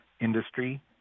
industry